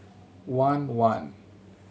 one one